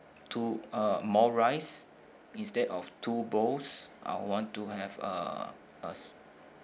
two uh more rice instead of two bowls want to have uh uh